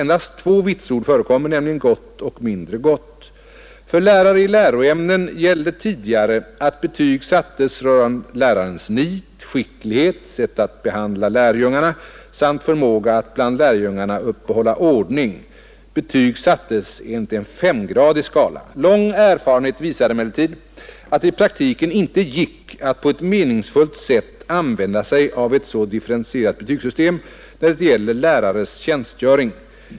Endast två vitsord förekommer, nämligen Gott och Mindre gott. För lärare i läroämnen gällde tidigare att betyg sattes rörande lärares nit, skicklighet, sätt att behandla lärjungarna samt förmåga att bland lärjungarna upprätthålla ordning. Betyg sattes enligt en femgradig skala. Lång erfarenhet visade emellertid att det i praktiken inte gick att på ett meningsfullt sätt använda sig av ett så differentierat betygssystem när det gäller lärares tjänstgöring.